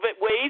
ways